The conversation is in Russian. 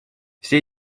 все